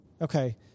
Okay